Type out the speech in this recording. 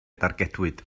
dargedwyd